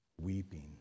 weeping